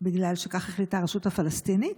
בגלל שכך החליטה הרשות הפלסטינית,